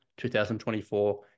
2024